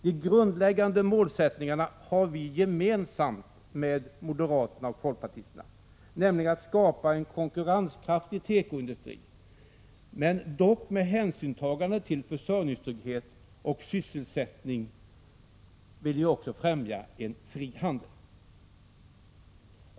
De grundläggande målsättningarna har vi gemensamma med m och fp, nämligen att skapa en konkurrenskraftig tekoindustri och att med hänsynstagande till försörjningstrygghet och sysselsättning främja en fri handel.